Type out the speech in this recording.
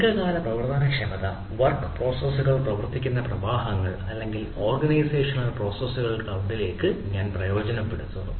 ദീർഘകാല പ്രവർത്തനക്ഷമത വർക്ക് പ്രോസസ്സുകൾ ക്ലൌഡിലേക്ക് ഞാൻ പ്രയോജനപ്പെടുത്തുന്നു